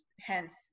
hence